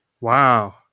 Wow